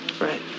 Right